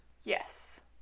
Yes